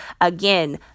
again